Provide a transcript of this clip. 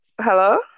Hello